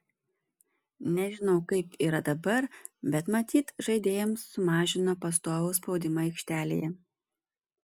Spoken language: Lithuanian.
nežinau kaip yra dabar bet matyt žaidėjams sumažino pastovų spaudimą aikštelėje